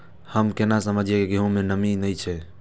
हम केना समझये की गेहूं में नमी ने छे?